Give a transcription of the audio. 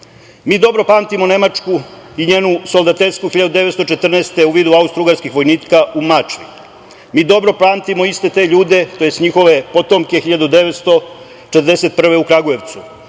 dobro pamtimo Nemačku i njenu soldatesku 1914. godinu u vidu austrougarskih vojnika u Mačvi. Mi dobro pamtimo iste te ljude, tj. njihove potomke 1941. godine u Kragujevcu.